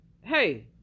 hey